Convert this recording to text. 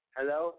Hello